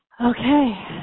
Okay